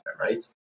right